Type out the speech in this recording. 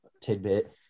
tidbit